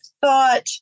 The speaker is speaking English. thought